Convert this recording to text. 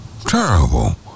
terrible